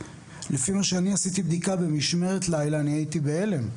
לפי מה שאני עשיתי בדיקה במשמרת לילה אני הייתי בהלם.